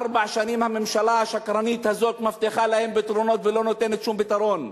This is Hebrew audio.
ארבע שנים הממשלה השקרנית הזאת מבטיחה להם פתרונות ולא נותנת שום פתרון,